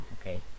Okay